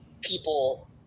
people